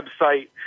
website